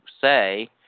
say